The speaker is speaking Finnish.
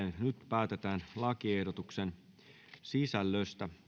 nyt päätetään lakiehdotuksen sisällöstä